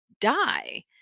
die